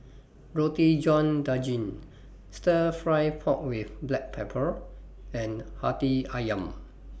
Roti John Daging Stir Fry Pork with Black Pepper and Hati Ayam